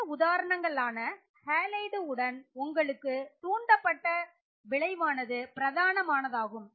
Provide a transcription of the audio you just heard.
மற்ற உதாரணங்கள் ஆன ஹேலைடு உடன் உங்களுக்கு தூண்டப்பட்ட விளைவானது பிரதானமானதாகும்